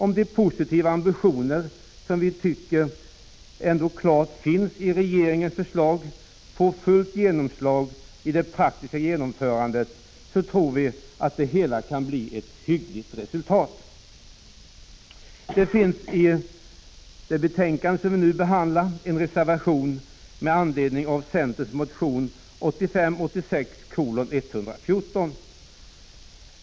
Om de positiva ambitioner som vi tycker klart finns i regeringens förslag får fullt genomslag i det praktiska genomförandet, tror vi att det hela kan ge ett hyggligt resultat. Det finns i det betänkande som vi nu behandlar en reservation med anledning av centerns motion 1985/86:114.